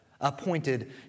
appointed